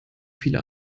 viele